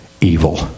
evil